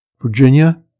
Virginia